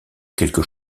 quelques